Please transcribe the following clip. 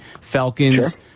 Falcons